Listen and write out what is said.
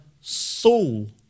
soul